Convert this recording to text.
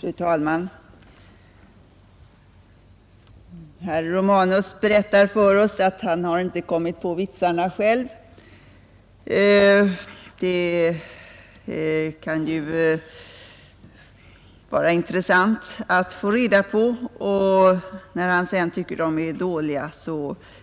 Fru talman! Herr Romanus berättar för oss att han inte har kommit på vitsarna själv — det kan ju vara intressant att få reda på — och när han sedan tycker att de är dåliga